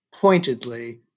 pointedly